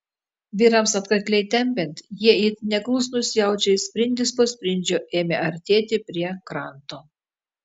vyrams atkakliai tempiant jie it neklusnūs jaučiai sprindis po sprindžio ėmė artėti prie kranto